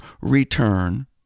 return